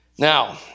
Now